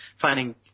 finding